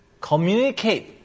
communicate